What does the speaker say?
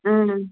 ம்